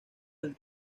del